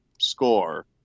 score